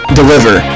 deliver